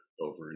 over